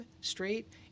straight